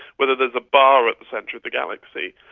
whether there's a bar at the centre of the galaxy.